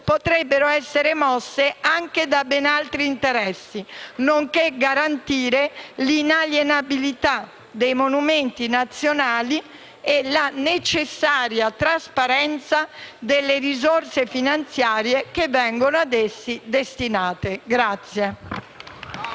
potrebbero essere mosse anche da ben altri interessi, nonché garantire l'inalienabilità dei monumenti nazionali e la necessaria trasparenza delle risorse finanziarie che vengono ad essi destinate.